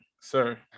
sir